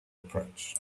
approach